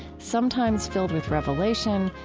sometimes filled with revelation,